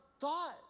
thought